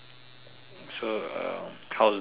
so uh how's donut